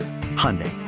Hyundai